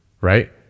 Right